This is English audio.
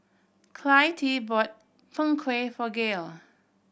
Clytie bought Png Kueh for Gail